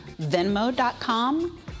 venmo.com